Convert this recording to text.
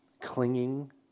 clinging